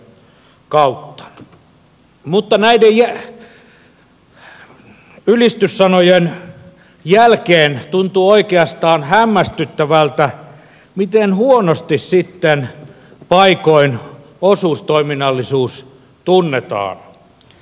mutta näiden ylistyssanojen jälkeen tuntuu oikeastaan hämmästyttävältä miten huonosti paikoin osuustoiminnallisuus tunnetaan